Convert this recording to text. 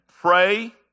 pray